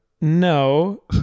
no